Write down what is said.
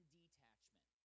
detachment